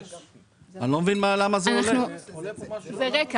זה רקע.